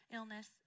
Illness